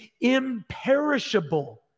imperishable